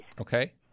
Okay